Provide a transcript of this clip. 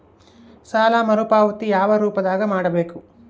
ಸಾಲ ಮರುಪಾವತಿ ಯಾವ ರೂಪದಾಗ ಮಾಡಬೇಕು?